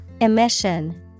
Emission